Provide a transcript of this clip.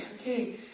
okay